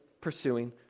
pursuing